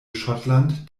schottland